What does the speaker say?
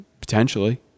potentially